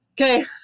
Okay